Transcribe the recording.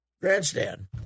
grandstand